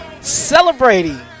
celebrating